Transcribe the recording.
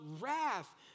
wrath